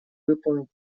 выполнить